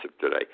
today